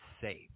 safe